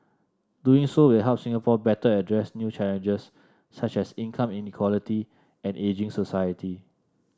doing so will help Singapore better address new challenges such as income inequality and ageing society